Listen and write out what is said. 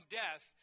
death